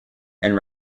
and